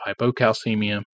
hypocalcemia